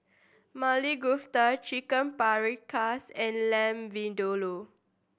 Maili Kofta Chicken Paprikas and Lamb Vindaloo